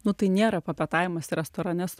nu tai nėra papietavimas restorane su